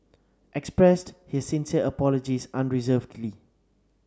expressed his sincere apologies unreservedly